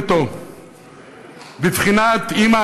בבחינת "אימא,